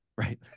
Right